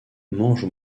mange